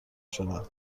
شدم